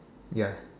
ya